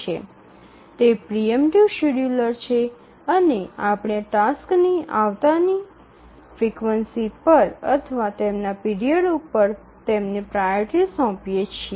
તે preemptive scheduler છે અને આપણે ટાસક્સ ની આવવાની ફ્રિક્વન્સી પર અથવા તેમના પીરિયડ ઉપર તેમને પ્રાઓરિટી સોંપીએ છીએ